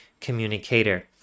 communicator